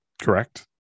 Correct